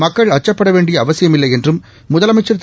மக்கள் அச்சப்பட வேண்டிய அவசியமில்லை என்றும் முதலமைக்ள் திரு